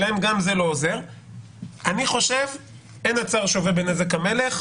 אני חושב שאין הצער שווה בנזק המלך.